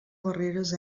barreres